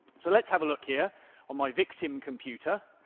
so let's have a look here on my victim computer.